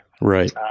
Right